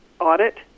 audit